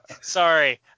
Sorry